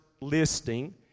listing